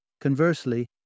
Conversely